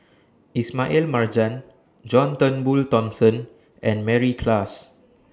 Ismail Marjan John Turnbull Thomson and Mary Klass